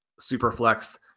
Superflex